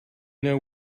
know